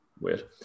Weird